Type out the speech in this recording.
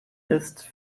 ist